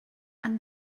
and